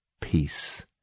peace